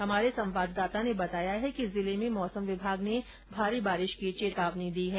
हमारे संवाददाता ने बताया कि जिले में मौसम विभाग ने भारी बारिश की चेतावनी दी है